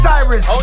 Cyrus